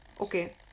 Okay